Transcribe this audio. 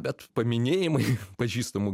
bet paminėjimai pažįstamų